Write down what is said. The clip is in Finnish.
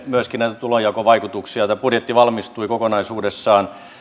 myöskin näitä tulonjakovaikutuksia tämä budjetti valmistui kokonaisuudessaan